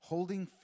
Holding